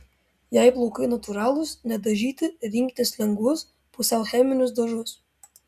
jei plaukai natūralūs nedažyti rinkitės lengvus pusiau cheminius dažus